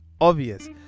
obvious